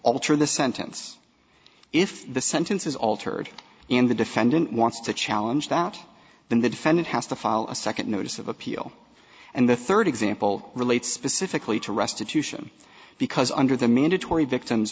alter the sentence if the sentence is altered and the defendant wants to challenge that out then the defendant has to file a second notice of appeal and the third example relates specifically to restitution because under the mandatory victim